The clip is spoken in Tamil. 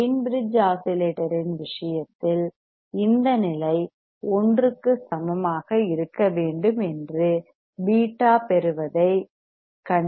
வெய்ன் பிரிட்ஜ் ஆஸிலேட்டரின் விஷயத்தில் இந்த நிலை 1 க்கு சமமாக இருக்க வேண்டும் என்று பீட்டா பெறுவதைக் கண்டோம்